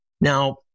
Now